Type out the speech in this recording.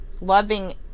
loving